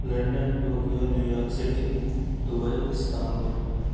London Tokyo New York City Dubai Istanbul